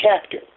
chapter